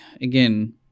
again